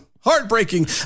Heartbreaking